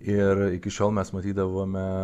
ir iki šiol mes matydavome